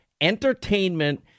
entertainment